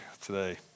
today